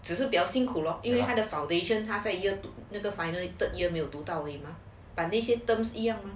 只是比较辛苦 lor 因为他的 foundation 他在用那个 finally put your 都到位 mah 把那些 terms 一样